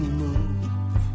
move